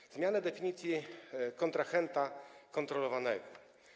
Jest zmiana definicji kontrahenta kontrolowanego.